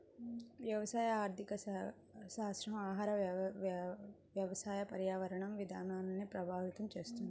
వ్యవసాయ ఆర్థికశాస్త్రం ఆహార, వ్యవసాయ, పర్యావరణ విధానాల్ని ప్రభావితం చేస్తుంది